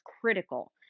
critical